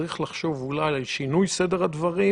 צריך לחשוב על שינוי סדר הדברים